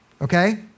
okay